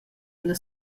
ella